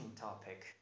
topic